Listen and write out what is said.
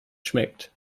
schmeckt